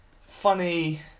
funny